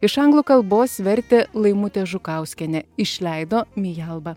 iš anglų kalbos vertė laimutė žukauskienė išleido mialba